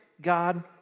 God